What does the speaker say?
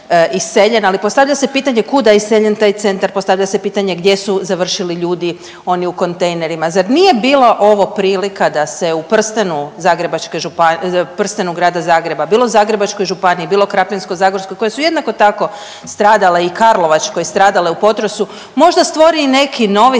Ali postavlja se pitanje kuda je iseljen taj centar, postavlja se pitanje gdje su završili ljudi oni u kontejnerima? Zar nije bila ovo prilika da se u prstenu Grada Zagreba, bilo u Zagrebačkoj županiji, bilo Krapinsko-zagorskoj koje su jednako tako stradale i Karlovačkoj stradale u potresu možda stvori neki novi